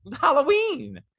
halloween